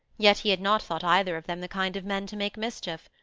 yet he had not thought either of them the kind of men to make mischief.